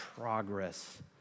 progress